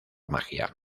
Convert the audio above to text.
magia